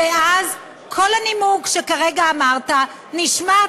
ואז, כל הנימוק שכרגע אמרת נשמט.